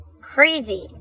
crazy